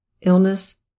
illness